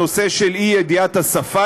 הנושא של אי-ידיעת השפה,